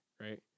right